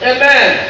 Amen